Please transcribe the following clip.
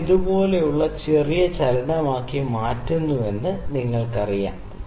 ഞാൻ ഇത് ഇതുപോലുള്ള ചെറിയ ചലനമാക്കി മാറ്റുന്നുവെന്ന് നിങ്ങൾക്കറിയാം